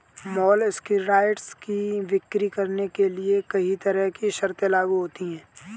molluscicides की बिक्री करने के लिए कहीं तरह की शर्तें लागू होती है